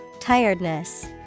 Tiredness